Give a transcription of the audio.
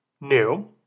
new